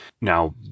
Now